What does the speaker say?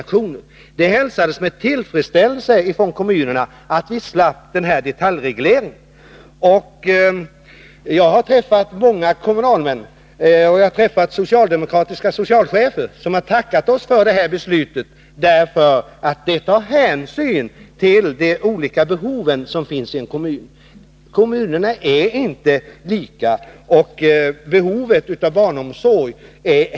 Kommunerna hälsade med tillfredsställelse att de slapp en detaljreglering. Jag har träffat många kommunalmän och socialdemokratiska socialchefer som har tackat oss för det beslutet, därför att det tar hänsyn till kommunernas olika behov. De skilda kommunerna har nämligen inte samma behov av barnomsorg.